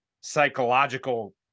psychological